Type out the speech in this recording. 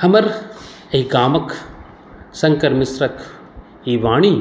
हमर एहि गामक शङ्कर मिश्रक ई वाणी